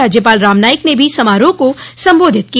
राज्यपाल रामनाइक ने भी समारोह को संबोधित किया